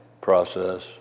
process